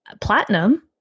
platinum